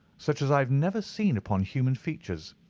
such as i have never seen upon human features.